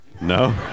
No